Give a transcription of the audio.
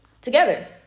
together